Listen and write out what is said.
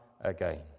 again